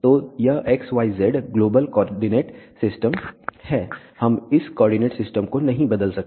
तो यह xyz global coordinate system है हम इस कोऑर्डिनेट सिस्टम को नहीं बदल सकते